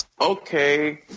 Okay